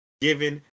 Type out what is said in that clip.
given